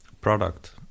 Product